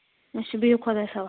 اَچھا بِہِو خۄدایَس حوال